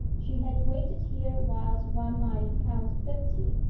she had waited here whilst one might count fifty,